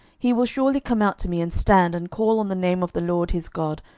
he will surely come out to me, and stand, and call on the name of the lord his god,